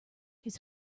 his